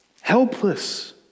helpless